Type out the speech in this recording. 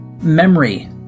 memory